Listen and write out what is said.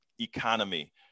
economy